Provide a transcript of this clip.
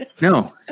No